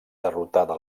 derrotada